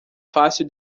fácil